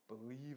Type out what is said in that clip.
believe